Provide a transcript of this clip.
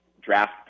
draft